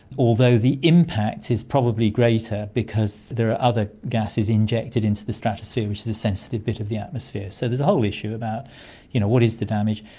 although the impact is probably greater because there are other gases injected into the stratosphere which is the sensitive bit of the atmosphere. so there's a whole issue about you know what is the damage,